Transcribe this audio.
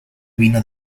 vino